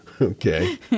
Okay